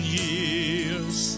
years